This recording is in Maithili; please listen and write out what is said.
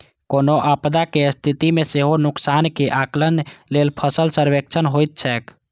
कोनो आपदाक स्थिति मे सेहो नुकसानक आकलन लेल फसल सर्वेक्षण होइत छैक